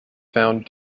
found